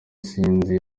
sinzi